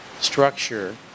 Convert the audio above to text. structure